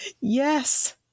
yes